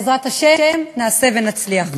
בעזרת השם נעשה ונצליח.